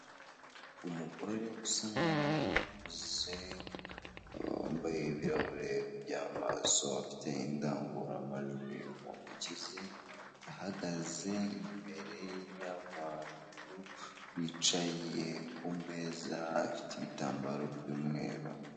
Umugore usa nkaho akuze wambaye ibirahure by'amaso afite indangururamajwi mu ntoki ze uhagaze imbere y'abantu bicaye ku meza afite ibitambaro by'umweru.